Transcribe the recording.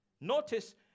Notice